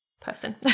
person